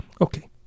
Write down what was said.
Okay